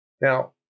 Now